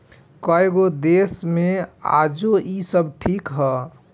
कएगो देश मे आजो इ सब ठीक ह